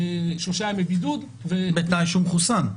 שלושה ימי בידוד --- בתנאי שהוא מחוסן.